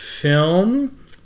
film